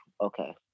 okay